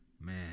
man